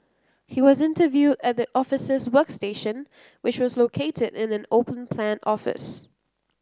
he was interviewed at the officers workstation which was located in an open plan office